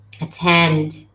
attend